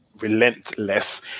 relentless